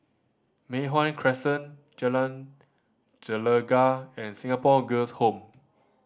Mei Hwan Crescent Jalan Gelegar and Singapore Girls' Home